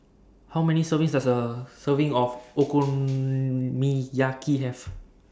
How Many servings Does A Serving of Okonomiyaki Have